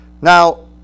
Now